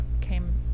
came